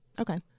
Okay